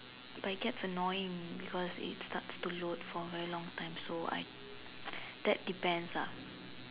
but it gets annoying because it starts to load for a very long time so I that depends ah